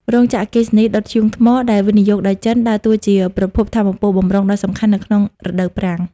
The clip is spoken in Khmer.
រោងចក្រអគ្គិសនីដុតធ្យូងថ្មដែលវិនិយោគដោយចិន ដើរតួជាប្រភពថាមពលបម្រុងដ៏សំខាន់នៅក្នុងរដូវប្រាំង។